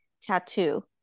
tattoo